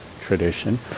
tradition